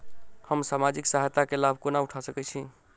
हम सामाजिक सहायता केँ लाभ कोना उठा सकै छी?